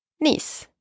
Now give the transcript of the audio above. niece